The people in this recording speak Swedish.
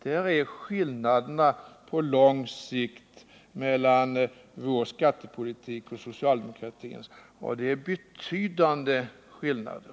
Detta är skillnaderna på lång sikt mellan vår skattepolitik och socialdemokratins, och det är betydande skillnader.